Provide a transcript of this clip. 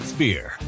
beer